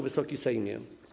Wysoki Sejmie!